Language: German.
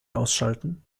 ausschalten